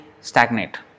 stagnate